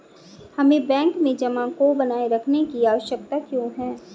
हमें बैंक में जमा को बनाए रखने की आवश्यकता क्यों है?